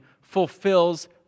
fulfills